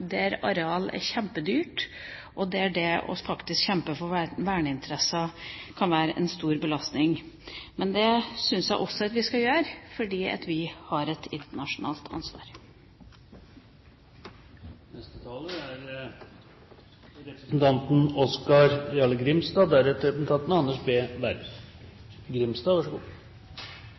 der areal er kjempedyrt, der det å kjempe for verneinteresser kan være en stor belastning. Den syns jeg vi skal ta fordi vi har et internasjonalt ansvar. Vi ser i dag at konfliktar rundt vernesaker er størst i område der lokalkunnskap og lokal tradisjon og bruk blir overprøvde. Eg vil gå så